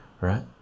Right